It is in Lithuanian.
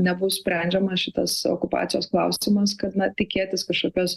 nebus sprendžiamas šitas okupacijos klausimas kad na tikėtis kažkokios